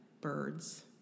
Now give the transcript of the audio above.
birds